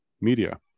media